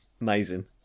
Amazing